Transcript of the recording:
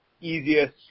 easiest